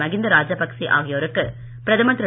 மகிந்த ராஜபக்ச ஆகியோருக்கு பிரதமர் திரு